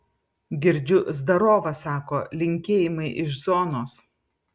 girdžiu zdarova sako linkėjimai iš zonos